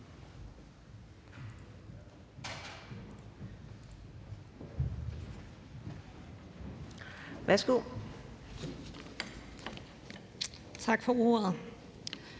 livs på. Tak for ordet.